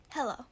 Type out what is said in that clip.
Hello